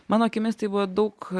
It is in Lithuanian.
mano akimis tai buvo daug